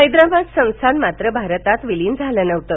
हैदराबाद संस्थान मात्र भारतात विलीन झालं नव्हतं